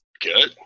good